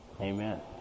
Amen